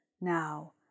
Now